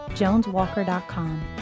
JonesWalker.com